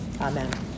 Amen